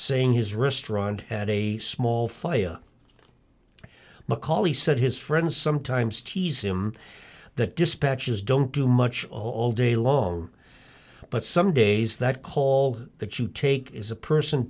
saying his restaurant at a small fire macaulay said his friends sometimes tease him that dispatches don't do much all day long but some days that coal that you take is a person